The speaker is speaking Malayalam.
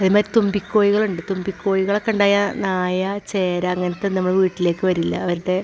അതേമായിരി തുമ്പി കോഴികളുണ്ട് തുമ്പി കോഴികളൊക്കുണ്ടായാൽ നായ ചേര അങ്ങനത്തെ നമ്മളെ വീട്ടിലേക്ക് വരില്ല അവരുടെ